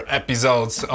episodes